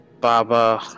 Baba